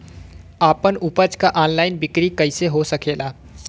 आपन उपज क ऑनलाइन बिक्री कइसे हो सकेला?